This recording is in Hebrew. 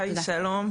הי, שלום.